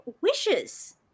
wishes